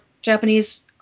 Japanese